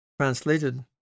translated